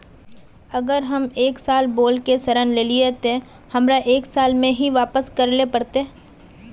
अगर हम एक साल बोल के ऋण लालिये ते हमरा एक साल में ही वापस करले पड़ते?